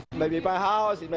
maybe buy a house. you know